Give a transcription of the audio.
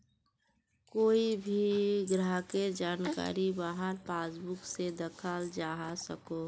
कोए भी ग्राहकेर जानकारी वहार पासबुक से दखाल जवा सकोह